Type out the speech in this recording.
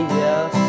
yes